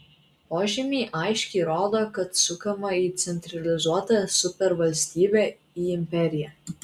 požymiai aiškiai rodo kad sukama į centralizuotą supervalstybę į imperiją